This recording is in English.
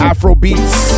Afrobeats